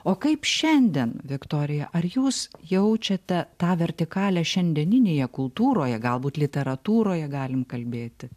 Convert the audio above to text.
o kaip šiandien viktorija ar jūs jaučiate tą vertikalę šiandieninėje kultūroje galbūt literatūroje galim kalbėti